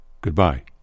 Goodbye